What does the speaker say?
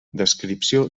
descripció